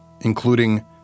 including